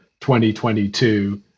2022